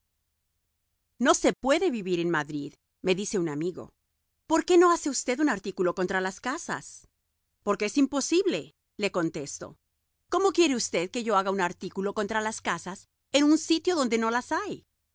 no se puede vivir en madrid me dice un amigo por qué no hace usted un artículo contra las casas porque es imposible le contesto cómo quiere usted que yo haga un artículo contra las casas en un sitio donde no las hay